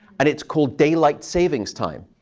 and it's called daylight savings time.